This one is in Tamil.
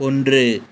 ஒன்று